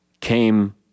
came